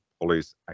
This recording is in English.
Police